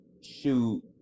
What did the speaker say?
shoot